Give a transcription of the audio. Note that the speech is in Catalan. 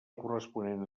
corresponent